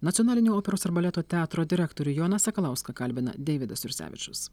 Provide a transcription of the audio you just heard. nacionalinio operos ir baleto teatro direktorių joną sakalauską kalbina deividas jursevičius